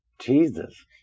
Jesus